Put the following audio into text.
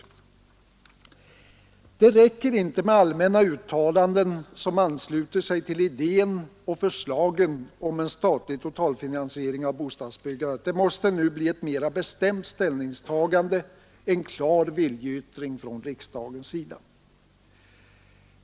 Det räcker inte med allmänna uttalanden som ansluter sig till idén och förslagen om en statlig totalfinansiering av bostadsbyggandet. Det måste nu bli ett mera bestämt ställningstagande, en klar viljeyttring från riksdagens sida.